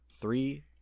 Three